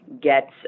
get